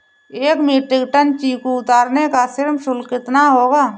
एक metric ton चीकू उतारने का श्रम शुल्क कितना होगा?